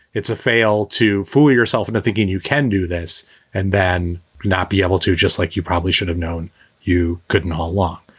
it's a fail to fool yourself into thinking you can do this and then not be able to just like you probably should have known you couldn't go along.